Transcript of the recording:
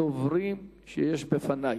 הדוברים שלפני.